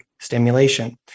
stimulation